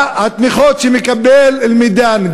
התמיכות שמקבל "אל-מידאן",